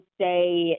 say